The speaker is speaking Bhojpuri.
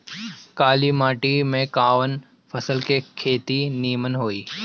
काली माटी में कवन फसल के खेती नीमन होई?